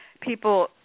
people